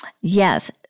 Yes